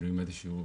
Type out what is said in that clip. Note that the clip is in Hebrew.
עם איזשהו